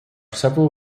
several